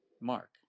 Mark